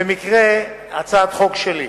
ובמקרה הצעת חוק שלי.